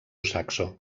saxo